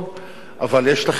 אבל יש החלק הראשון,